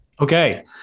Okay